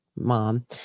mom